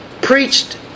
preached